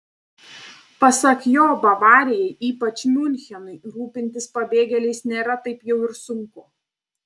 pasak jo bavarijai ypač miunchenui rūpintis pabėgėliais nėra taip jau ir sunku